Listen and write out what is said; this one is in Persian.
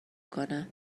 کنم